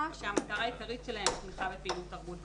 שהמטרה העיקרית שלהם זה תמיכה בפעילות תרבות בפריפריה.